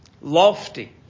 lofty